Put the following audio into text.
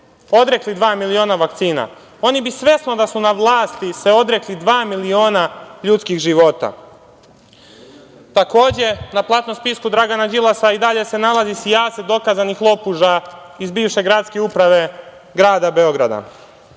odrekli dva miliona vakcina. Oni bi svesno, da su na vlasti, se odrekli dva miliona ljudskih života. Takođe, na platnom spisku Dragana Đilasa i dalje se nalazi sijaset dokazanih lopuža iz bivše gradske uprave grada Beograda.